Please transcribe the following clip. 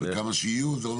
וכמה שיהיו זה אומר